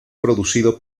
producido